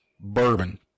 bourbon